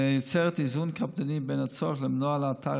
ויוצרות איזון קפדני בין הצורך למנוע ולאתר